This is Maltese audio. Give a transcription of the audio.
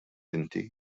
inti